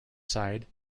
side